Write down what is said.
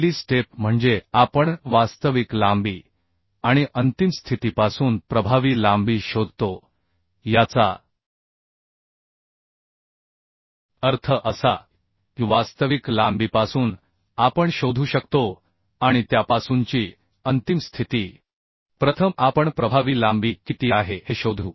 पहिली स्टेप म्हणजे आपण वास्तविक लांबी आणि अंतिम स्थितीपासून प्रभावी लांबी शोधतो याचा अर्थ असा की वास्तविक लांबीपासून आपण शोधू शकतो आणि त्यापासूनची अंतिम स्थिती प्रथम आपण प्रभावी लांबी किती आहे हे शोधू